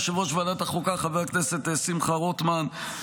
יושב-ראש ועדת החוקה חבר הכנסת שמחה רוטמן,